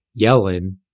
Yellen